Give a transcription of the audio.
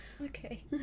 Okay